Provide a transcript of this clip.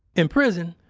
in prison,